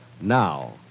now